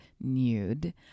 nude